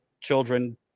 children